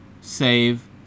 save